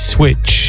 Switch